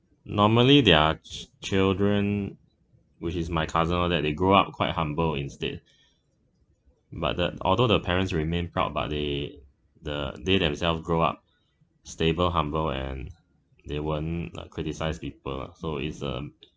normally their c~ children which is my cousin all that they grew up quite humble instead but the although the parents remain proud but they the they themselves grow up stable humble and they wouldn't criticised people so it's um